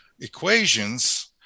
equations